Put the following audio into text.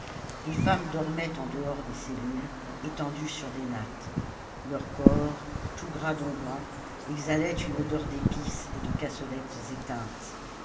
des femmes dormaient en dehors des cellules étendues sur des nattes leurs corps tout gras d'onguents exhalaient une odeur d'épices et salammbo de cassolettes éteintes